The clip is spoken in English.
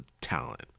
talent